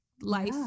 Life